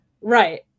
Right